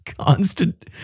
constant